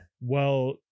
Well-